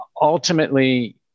Ultimately